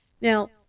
Now